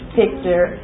picture